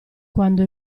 quando